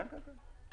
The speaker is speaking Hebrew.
כן, כן.